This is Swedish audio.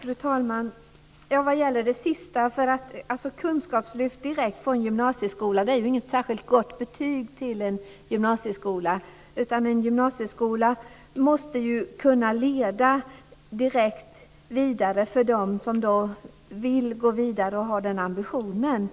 Fru talman! Det sista, att många efter gymnasieskolan direkt går in i Kunskapslyftet, är inte något särskilt gott betyg för en gymnasieskola. En gymnasieskola måste direkt kunna leda vidare för dem som har den ambitionen.